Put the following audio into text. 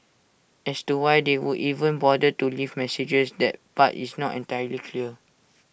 as to why they would even bother to leave messages that part is not entirely clear